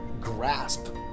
grasp